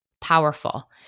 powerful